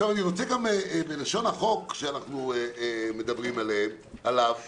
עכשיו, בלשון החוק שאנחנו מדברים עליו כתוב: